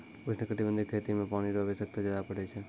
उष्णकटिबंधीय खेती मे पानी रो आवश्यकता ज्यादा पड़ै छै